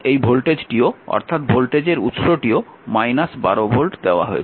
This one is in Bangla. এবং এই ভোল্টেজটিও অর্থাৎ ভোল্টেজের উৎসটিও 12 ভোল্ট দেওয়া হয়েছে